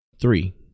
three